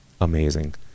Amazing